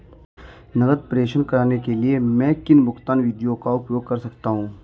नकद प्रेषण करने के लिए मैं किन भुगतान विधियों का उपयोग कर सकता हूँ?